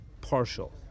partial